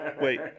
Wait